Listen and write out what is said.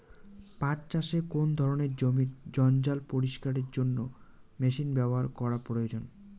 পাট চাষে কোন ধরনের জমির জঞ্জাল পরিষ্কারের জন্য মেশিন ব্যবহার করা প্রয়োজন?